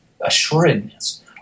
assuredness